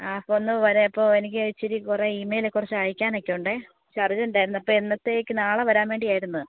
ആ അപ്പം ഒന്നു വരൂ അപ്പോൾ എനിക്ക് ഇച്ചിരി കുറേ ഈമെയിൽ കുറച്ച് അയക്കാനൊക്കെ ഉണ്ടെ കുറച്ചർജൻ്റായിരുന്നു അപ്പം എന്നത്തേക്ക് നാളെ വരാൻ വേണ്ടിയായിരുന്നു